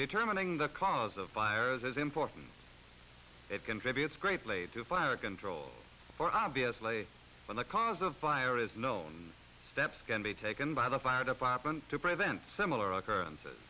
determining the cause of fires is important it contributes greatly to fire control or obviously when the cause of fire is known steps can be taken by the fire department to prevent similar occurrences